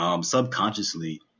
subconsciously